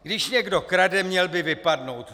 Když někdo krade, měl by vypadnout!